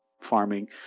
farming